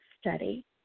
Study